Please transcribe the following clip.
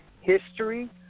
History